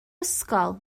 ysgol